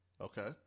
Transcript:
Okay